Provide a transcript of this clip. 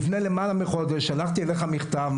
לפני למעלה מחודש שלחתי אליך מכתב,